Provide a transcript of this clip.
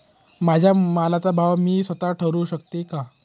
माझ्या मालाचा भाव मी स्वत: ठरवू शकते का?